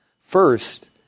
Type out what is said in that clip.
First